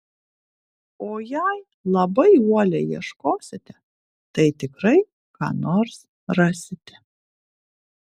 o jei labai uoliai ieškosite tai tikrai ką nors rasite